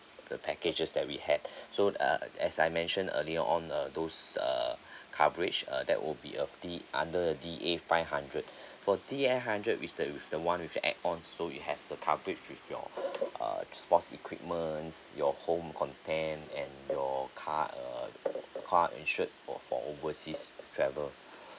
the packages that we had so uh as I mentioned earlier on uh those err coverage uh that would be a D under the D A five hundred for D A hundred is the with the one with the add on so you have the coverage with your uh sports equipments your home content and your car err car insured for for overseas travel